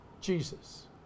Jesus